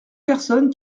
personne